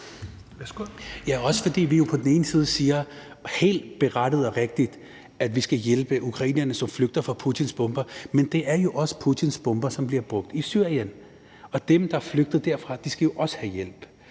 fordi vi helt berettiget og rigtigt siger, at vi skal hjælpe ukrainerne, som flygter fra Putins bomber, men det er jo også Putins bomber, som bliver brugt i Syrien, og dem, der flygter derfra, skal også have hjælp.